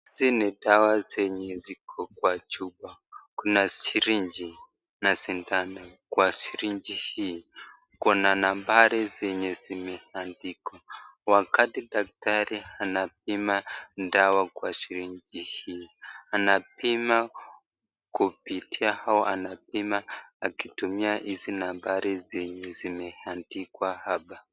Hizi ni dawa zenye ziko kwa chupa Kuna sirinji na sindano kwa sirinji hii Kuna mambari zinye zimeandikwa, wakati daktari anapima dawa kwa sirinji anapima kupitai au anapima akitumia hizi nambari zenye zimeandikwa hapa.